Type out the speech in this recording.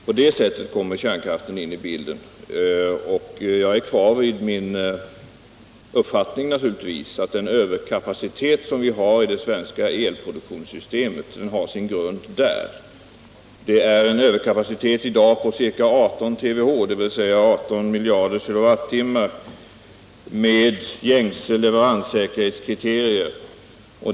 På så sätt kommer kärnkraften indirekt in i bilden. Jag står naturligtvis kvar vid min uppfattning att den överkapacitet som vi har i det svenska elproduktionssystemet har sin grund där. Det är en överkapacitet i dag på ca 18 TWh, dvs. 18 miljarder KWh, med gängse leveranssäkerhetskriterier.